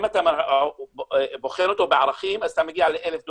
אם אתה בוחן אותו בערכים אז אתה מגיע ל-1,000 דונם,